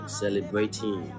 celebrating